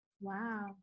Wow